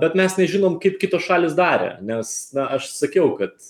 bet mes nežinom kaip kitos šalys darė nes na aš sakiau kad